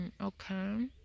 Okay